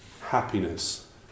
happiness